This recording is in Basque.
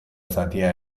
zatia